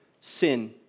sin